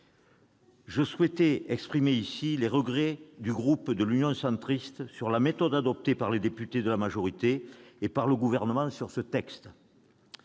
Je souhaite exprimer ici les regrets du groupe Union Centriste quant à la méthode adoptée par les députés de la majorité et le Gouvernement. Au Sénat,